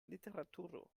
literaturo